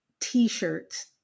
T-shirts